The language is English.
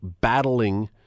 battling